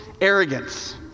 arrogance